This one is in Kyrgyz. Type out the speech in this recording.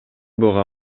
буга